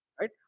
Right